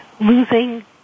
losing